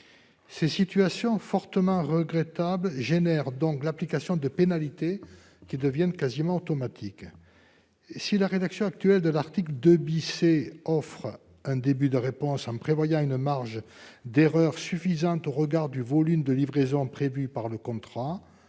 Ces situations fortement regrettables génèrent l'application de pénalités qui deviennent quasiment automatiques. Si la rédaction actuelle de l'article 2 C offre un début de réponse en prévoyant « une marge d'erreur suffisante au regard du volume de livraisons prévu par le contrat